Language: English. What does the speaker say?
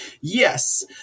Yes